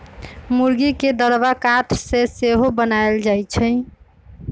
मूर्गी के दरबा काठ से सेहो बनाएल जाए छै